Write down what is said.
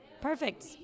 Perfect